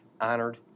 honored